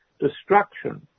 destruction